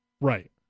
Right